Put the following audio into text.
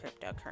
cryptocurrency